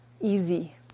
easy